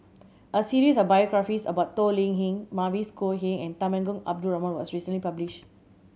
a series of biographies about Toh Liying Mavis Khoo Oei and Temenggong Abdul Rahman was recently published